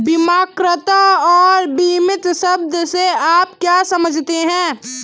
बीमाकर्ता और बीमित शब्द से आप क्या समझते हैं?